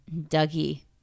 Dougie